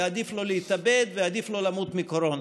ועדיף לו להתאבד ועדיף לו למות מקורונה.